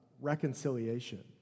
reconciliation